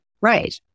right